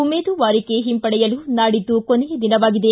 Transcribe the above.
ಉಮೇದುವಾರಿಕೆ ಹಿಂಪಡೆಯಲು ನಾಡಿದ್ದು ಕೊನೆಯ ದಿನವಾಗಿದೆ